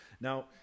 Now